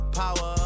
power